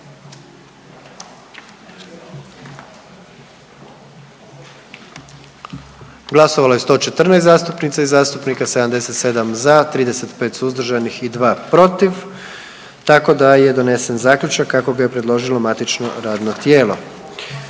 Glasovalo je 107 zastupnica i zastupnika, 81 za, 24 suzdržana i 2 protiv pa je donesen zaključak kako ga je predložilo matično radno tijelo.